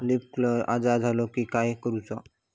Leaf curl आजार झालो की काय करूच?